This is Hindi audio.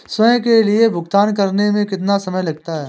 स्वयं के लिए भुगतान करने में कितना समय लगता है?